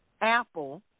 Apple